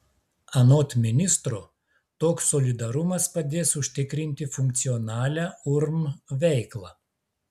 anot ministro toks solidarumas padės užtikrinti funkcionalią urm veiklą